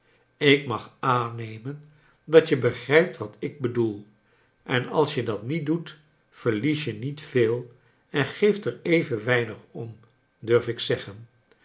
ik mag aannemen dat je begrijpt wat ik bedoel en als je dat niet doet verlies je niet veel en geeft er even weinig om durf ik zeggen